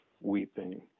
weeping